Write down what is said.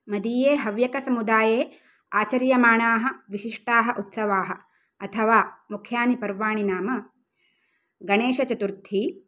मदीये हव्यकसमुदाये आचर्यमाणाः विशिष्टाः उत्सवाः अथवा मुख्यानि पर्वाणि नाम गणेशचतुर्थी